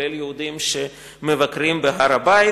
כולל יהודים שמבקרים בהר-הבית.